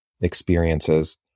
experiences